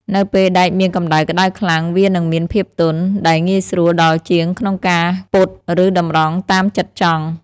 នៅពេលដែកមានកម្ដៅក្ដៅខ្លាំង វានឹងមានភាពទន់ ដែលងាយស្រួលដល់ជាងក្នុងការការពត់ ឬតម្រង់តាមចិត្តចង់។